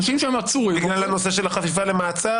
הנושא של החפיפה למעצר,